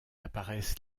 apparaissent